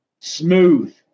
smooth